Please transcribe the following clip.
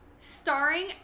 Starring